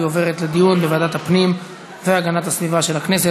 והיא עוברת לדיון בוועדת הפנים והגנת הסביבה של הכנסת.